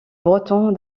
breton